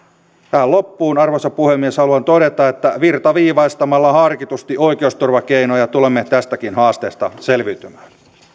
loppuun arvoisa puhemies haluan todeta että virtaviivaistamalla harkitusti oikeusturvakeinoja tulemme tästäkin haasteesta selviytymään